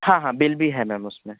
हाँ हाँ बिल भी है मैम उसमें